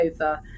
over